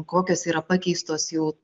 kokios yra pakeistos jau